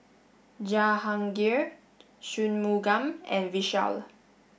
Jahangir Shunmugam and Vishal